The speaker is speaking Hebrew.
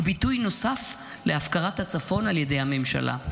היא ביטוי נוסף להפקרת הצפון על ידי הממשלה.